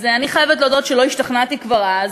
אז אני חייבת להודות שלא השתכנעתי כבר אז,